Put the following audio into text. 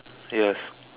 yes